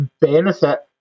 benefit